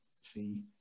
see